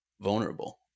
vulnerable